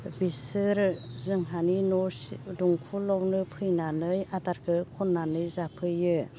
बिसोरो जोंहानि न' दंख'लावनो फैनानै आदारखो खननानै जाफैयो